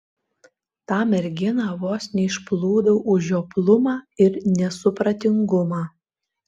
tą merginą vos neišplūdau už žioplumą ir nesupratingumą